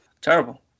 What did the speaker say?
Terrible